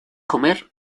comer